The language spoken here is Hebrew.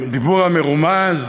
והדיבור המרומז: